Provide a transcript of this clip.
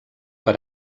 per